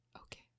Okay